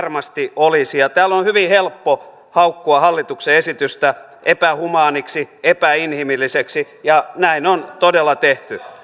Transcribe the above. varmasti olisi ja täällä on hyvin helppo haukkua hallituksen esitystä epähumaaniksi epäinhimilliseksi ja näin on todella tehty